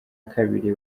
kabiri